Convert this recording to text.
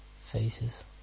faces